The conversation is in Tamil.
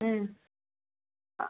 ம் ஆ